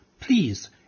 please